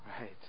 Right